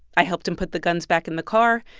i helped him put the guns back in the car.